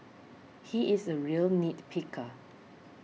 he is a real nit picker